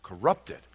corrupted